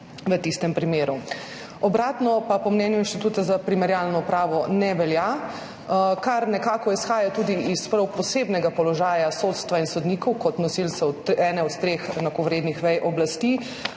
V tistem primeru. Obratno pa po mnenju Inštituta za primerjalno pravo ne velja, kar izhaja tudi iz prav posebnega položaja sodstva in sodnikov kot nosilcev ene od treh enakovrednih vej oblasti,